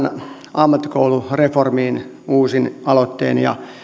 ammattikoulureformiin uusin aloittein ja